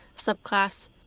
subclass